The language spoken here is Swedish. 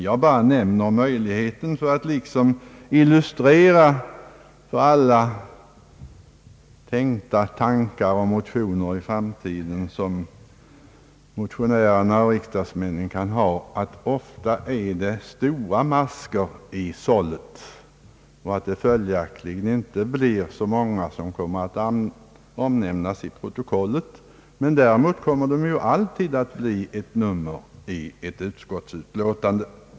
Jag bara omnämner möjligheten för att liksom illustrera de tankar om motioner som motionärer och övriga riksdagsmän kan ha i framtiden. Ofta är det stora maskor i sållet, och följaktligen är det inte så många motioner som kommer att omnämnas i protokollet. Däremot kommer varje motion alltid att bli ett nummer i ett utskottsutlåtande.